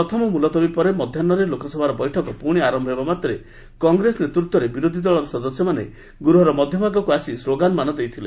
ପ୍ରଥମ ମୁଲତବୀ ପରେ ମଧ୍ୟାହୁରେ ଲୋକସଭାର ବୈଠକ ପୁଣି ଆରମ୍ଭ ହେବା ମାତ୍ରେ କଂଗ୍ରେସ ନେତୃତ୍ୱରେ ବିରୋଧୀ ଦଳର ସଦସ୍ୟମାନେ ଗୃହର ମଧ୍ୟ ଭାଗକୁ ଆସି ସ୍କୋଗାନମାନ ଦେଇଥିଲେ